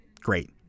great